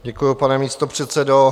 Děkuji, pane místopředsedo.